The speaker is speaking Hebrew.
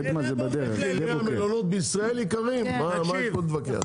קדמה זה בדרך, שדה בוקר.